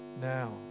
now